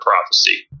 prophecy